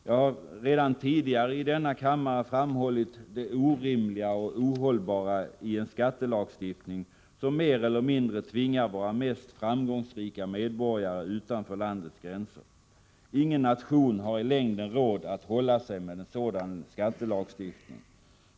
Jag har redan tidigare i denna kammare framhållit det orimliga och ohållbara i en skattelagstiftning, som mer eller mindre tvingar våra mest framgångsrika medborgare utanför landets gränser. Ingen nation har i längden råd att hålla sig med en sådan skattelagstiftning.